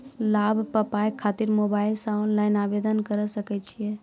लाभ पाबय खातिर मोबाइल से ऑनलाइन आवेदन करें सकय छियै?